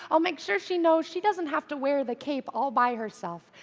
i'll make sure she knows she doesn't have to wear the cape all by herself,